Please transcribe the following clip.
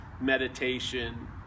meditation